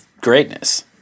greatness